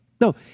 No